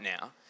now